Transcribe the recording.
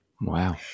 Wow